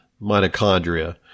mitochondria